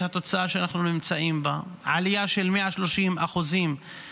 את התוצאה שאנחנו נמצאים בה: עלייה של 130% ב-2023.